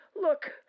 Look